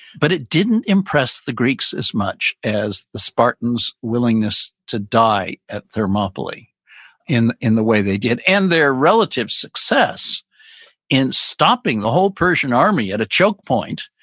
but it didn't impress the greeks as much as the spartans' willingness to die at thermopylae in in the way they did. and their relative success in stopping the whole persian army at a choke point,